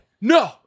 No